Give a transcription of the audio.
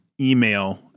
email